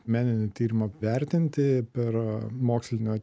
meninį tyrimą vertinti per mokslinio